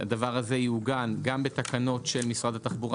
הדבר הזה יעוגן גם בתקנות של משרד התחבורה